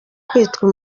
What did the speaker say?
kwitwa